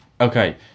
Okay